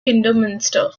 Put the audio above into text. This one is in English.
kidderminster